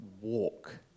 walk